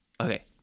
Okay